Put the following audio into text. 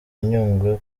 nyungwe